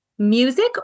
Music